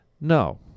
no